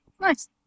Nice